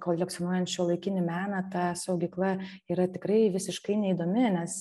kolekcionuojant šiuolaikinį meną ta saugykla yra tikrai visiškai neįdomi nes